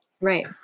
Right